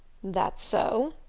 that's so,